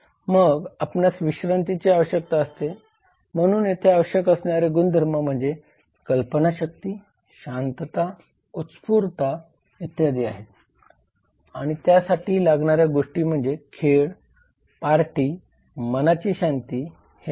मग आपणास विश्रांतीची आवश्यकता असते म्हणून येथे आवश्यक असणारे गुणधर्म म्हणजे कल्पनाशक्ती शांतता उत्स्फूर्तता इत्यादी आहेत आणि त्यासाठी लागणाऱ्या गोष्टी म्हणजे खेळ पार्टी मनाची शांती हे आहेत